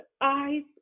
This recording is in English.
eyes